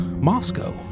Moscow